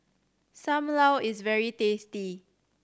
Sam Lau is very tasty